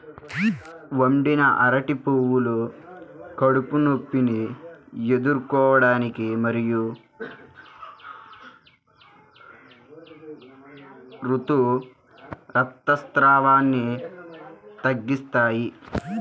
వండిన అరటి పువ్వులు కడుపు నొప్పిని ఎదుర్కోవటానికి మరియు ఋతు రక్తస్రావాన్ని తగ్గిస్తాయి